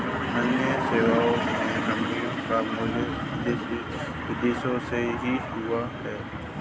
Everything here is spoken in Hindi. अन्य सेवा मे कम्पनी का मूल उदय विदेश से ही हुआ है